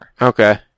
Okay